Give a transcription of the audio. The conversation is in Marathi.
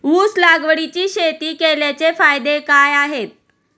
ऊस लागवडीची शेती केल्याचे फायदे काय आहेत?